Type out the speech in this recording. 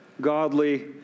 godly